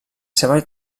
seva